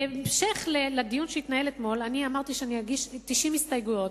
בהמשך לדיון שהתנהל אתמול אמרתי שאגיש 90 הסתייגויות.